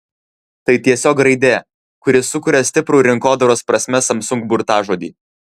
tai tiesiog raidė kuri sukuria stiprų rinkodaros prasme samsung burtažodį